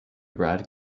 brad